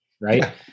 Right